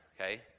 okay